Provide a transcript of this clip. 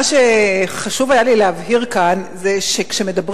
מה שחשוב היה לי להבהיר כאן זה שכשמדברים